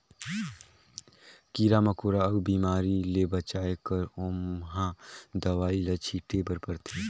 कीरा मकोरा अउ बेमारी ले बचाए बर ओमहा दवई ल छिटे बर परथे